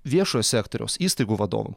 viešojo sektoriaus įstaigų vadovam